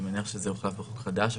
אני מניח שזה הוחלף בחוק חדש,